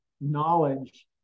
knowledge